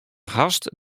hast